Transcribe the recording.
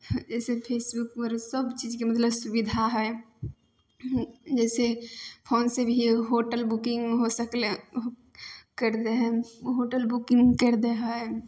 जैसे फेसबुकपर मतलब सब चीजके सुविधा हइ जैसे फोनसँ भी होटल बुकिंग हो सकलै करि दै हइ होटल बुकिंग करि दै हइ